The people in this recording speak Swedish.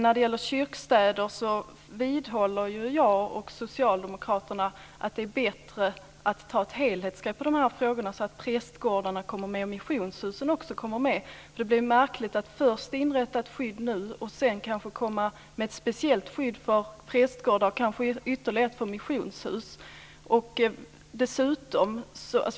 När det gäller kyrkstäder vidhåller jag och socialdemokraterna att det är bättre att ta ett helhetsgrepp på de här frågorna, så att prästgårdarna och missionshusen också kommer med. Det är märkligt att först inrätta ett särskilt skydd och sedan kanske komma med ett speciellt skydd för prästgårdar och ytterligare ett för missionshus.